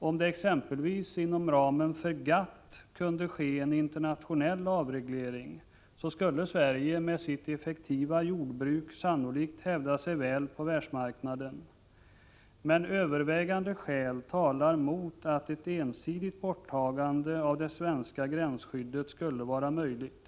Om det exempelvis inom ramen för GATT kunde ske en internationell avreglering, skulle Sverige med sitt effektiva jordbruk sannolikt hävda sig väl på världsmarknaden. Men övervägande skäl talar mot påståenden om att ett ensidigt borttagande av det svenska gränsskyddet skulle vara möjligt.